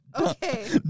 Okay